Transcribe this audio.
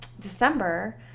December